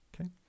okay